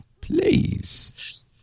Please